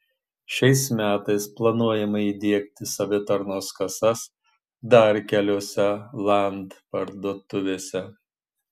šiais metais planuojama įdiegti savitarnos kasas dar keliose land parduotuvėse